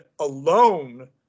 alone